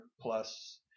plus